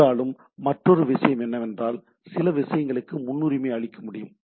இருந்தாலும் மற்றொரு விஷயம் என்னவென்றால் சில விஷயங்களுக்கு முன்னுரிமை அளிக்க முடியும்